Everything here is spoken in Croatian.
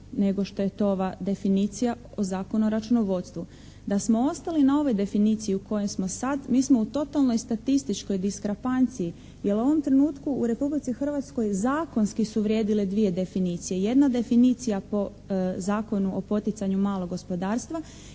nego što je to ova definicija o Zakonu o računovodstvu. Da smo ostali na ovoj definiciji u kojoj smo sada mi smo u totalnoj statističkoj diskrapanciji jer u ovom trenutku u Republici Hrvatskoj zakonski su vrijedile dvije definicije. Jedna definicija po Zakonu o poticanju malog gospodarstva